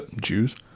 Jews